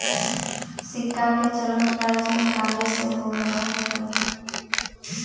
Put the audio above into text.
सिक्काके चलन प्राचीन काले से हो रहल हइ